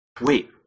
wait